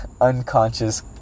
unconscious